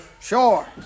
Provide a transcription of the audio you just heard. Sure